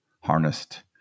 harnessed